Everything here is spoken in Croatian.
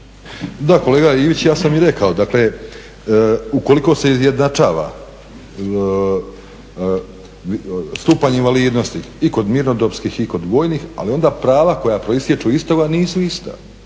Da, kolega Ivić, ja sam i rekao dakle ukoliko se izjednačava stupanj invalidnosti i kod mirnodopskih i kod vojnih, ali onda prava koja proistječu iz toga nisu ista